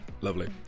lovely